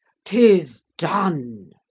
tis done!